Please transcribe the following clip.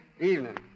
Evening